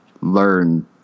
learn